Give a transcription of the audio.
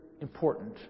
important